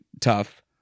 tough